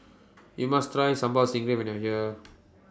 YOU must Try Sambal Stingray when YOU Are here